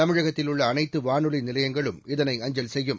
தமிழகத்தில் உள்ள அனைத்து வானொலி நிலையங்களும் இதனை அஞ்சல் செய்யும்